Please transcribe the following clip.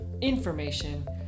information